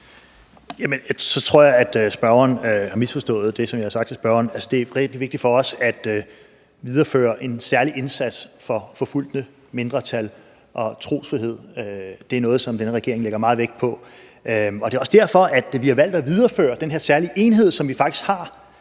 jeg, at spørgeren har misforstået det, som jeg sagde til spørgeren. Altså, det er rigtig vigtigt for os at videreføre en særlig indsats for forfulgte mindretal, og trosfrihed er noget, som denne regering lægger meget vægt på. Og det er også derfor, at vi har valgt at videreføre den her særlige enhed, som vi faktisk har,